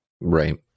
Right